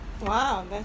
wow